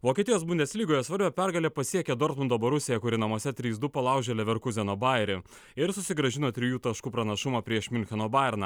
vokietijos bundeslygoje svarbią pergalę pasiekė dortmundo borusija kuri namuose trys du palaužė leverkūzeno bairio ir susigrąžino trijų taškų pranašumą prieš miuncheno bajerną